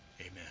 Amen